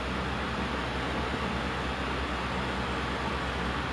I don't know but what the other always like say that